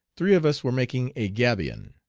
three of us were making a gabion.